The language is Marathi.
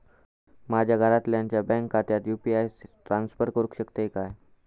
माझ्या घरातल्याच्या बँक खात्यात यू.पी.आय ट्रान्स्फर करुक शकतय काय?